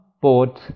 bought